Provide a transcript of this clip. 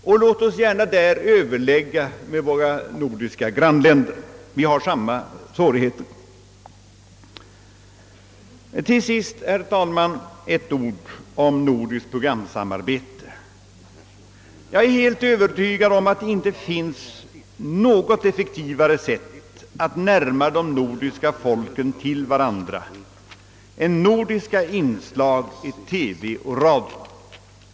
Och låt oss gärna överlägga med våra nordiska grannländer — vi har samma svårigheter. Till sist, herr talman, några ord om nordiskt programsamarbete. Jag är helt övertygad om att det inte finns något effektivare sätt att närma de nordiska folken till varandra än nordiska inslag i TV och radio.